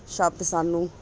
ਸ਼ਬਦ ਸਾਨੂੰ